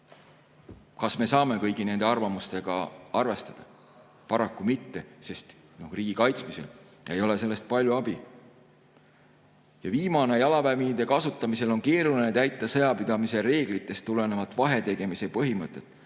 Kas me saame kõigi nende arvamustega arvestada? Paraku mitte, sest riigi kaitsmisel ei ole sellest palju abi. Viimane [argument]: "Jalaväemiinide kasutamisel on keeruline täita sõjapidamise reeglitest tulenevat vahetegemise põhimõtet;